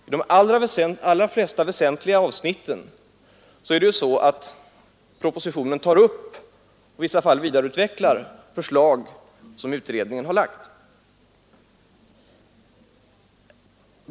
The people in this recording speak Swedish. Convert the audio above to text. I de allra flesta väsentliga avsnitt tar propositionen upp — och vidareutvecklar i vissa fall — förslag som utredningen har lagt fram.